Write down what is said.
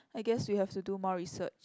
I guess we have to do more research